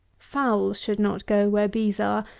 fowls should not go where bees are,